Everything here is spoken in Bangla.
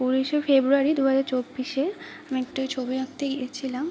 উনিশে ফেব্রুয়ারি দু হাজার চব্বিশে আমি একটা ছবি আঁকতে গিয়েছিলাম